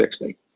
60